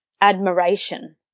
admiration